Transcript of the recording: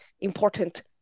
important